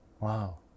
Wow